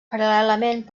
paral·lelament